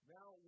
Now